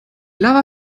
lava